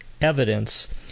evidence